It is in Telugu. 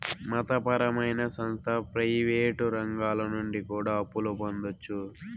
మత పరమైన సంస్థ ప్రయివేటు రంగాల నుండి కూడా అప్పులు పొందొచ్చు